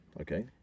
okay